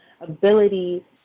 ability